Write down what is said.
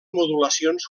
modulacions